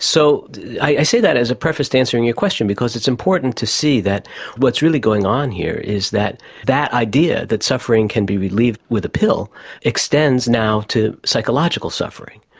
so i say that as a preface to answering your question because it's importance to see that what's really going on here is that that idea that suffering can be relieved with a pill extends now to psychological suffering.